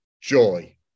joy